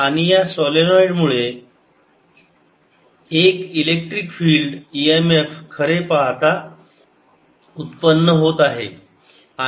आणि या सोलेनोईड मुळे एक electric field E M F खरे पाहता उत्पन्न होत आहे